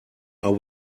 are